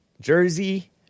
Jersey